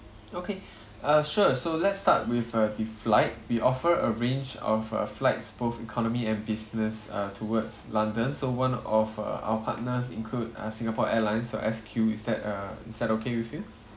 okay uh sure so let's start with uh the flight we offer a range of uh flights both economy and business uh towards london so one of uh our partners include uh singapore airlines or S_Q is that uh is that okay with you